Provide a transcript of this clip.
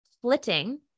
splitting